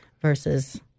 versus